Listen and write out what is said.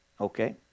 Okay